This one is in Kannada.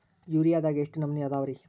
ಯೂರಿಯಾದಾಗ ಎಷ್ಟ ನಮೂನಿ ಅದಾವ್ರೇ?